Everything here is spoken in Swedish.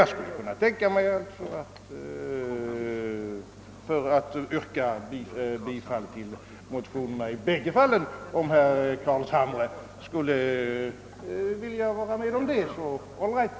Jag skulle kunna yrka bifall till motionerna i båda fallen. Om herr Carlshamre vill vara med om det, så är det all right!